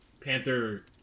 Panther